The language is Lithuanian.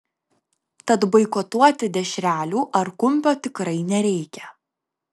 tad boikotuoti dešrelių ar kumpio tikrai nereikia